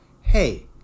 hey